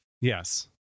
Yes